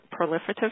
proliferative